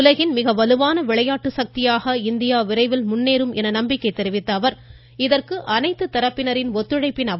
உலகின் மிக வலுவான விளையாட்டு சக்தியாக இந்தியா விரைவில் முன்னேறும் என நம்பிக்கை தெரிவித்த அவர் இதற்கு அனைத்து தரப்பினரின் ஒத்துழைப்பை எடுத்துரைத்தார்